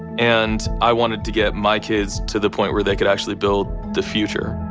and i wanted to get my kids to the point where they could actually build the future.